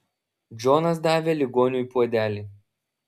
džonas davė ligoniui puodelį